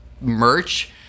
merch